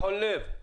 פתחון לב?